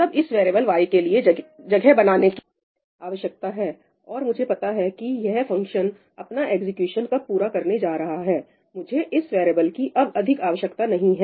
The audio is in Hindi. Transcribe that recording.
सब इस वेरिएबल y के लिए जगह बनाने की आवश्यकता है और मुझे पता है कि यह फंक्शन अपना एग्जीक्यूशन कब पूरा करने जा रहा है मुझे इस वेरिएबल की अब अधिक आवश्यकता नहीं है